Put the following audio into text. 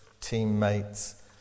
teammates